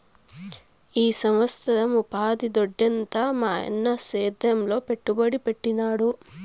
ఈ సంవత్సరం ఉపాధి దొడ్డెంత మాయన్న సేద్యంలో పెట్టుబడి పెట్టినాడు